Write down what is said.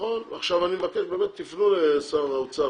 עכשיו אני מבקש - תפנו לשר האוצר,